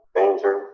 danger